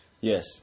Yes